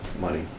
money